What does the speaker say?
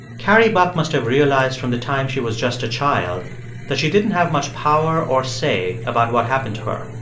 carrie buck must have realized from the time she was just a child that she didn't have much power or say about what happened to her.